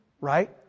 Right